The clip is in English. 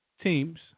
Teams